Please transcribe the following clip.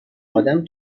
آدم